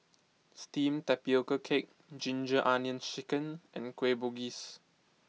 Steamed Tapioca Cake Ginger Onions Chicken and Kueh Bugis